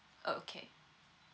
orh okay